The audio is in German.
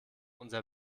unser